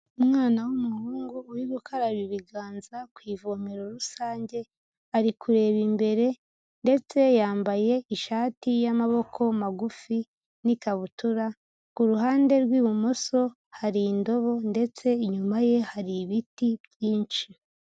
Umwana w'umuhungu uri gukaraba ibiganza ku ivomero rusange, ari kureba imbere ndetse yambaye ishati y'amaboko magufi n'ikabutura, ku ruhande rw'ibumoso hari indobo ndetse inyuma ye hari ibiti byinshi.